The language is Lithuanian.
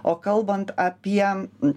o kalbant apie